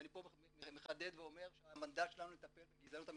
ואני פה מחדד ואומר שהמנדט שלנו הוא לטפל בגזענות הממסדית,